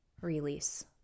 release